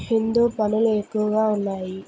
హిందూ పండుగలు ఎక్కువగా ఉన్నాయి